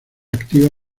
activa